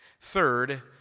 Third